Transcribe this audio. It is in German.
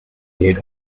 geld